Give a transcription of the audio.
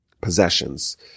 possessions